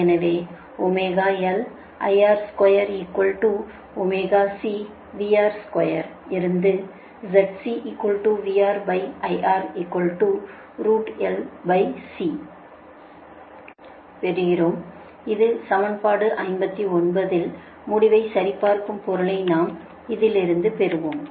எனவே இருந்து பெறுகிறோம் இது சமன்பாடு 59 இல் முடிவைச் சரிபார்க்கும் பொருளை நாம் இதிலிருந்து பெறுவோம்